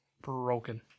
Broken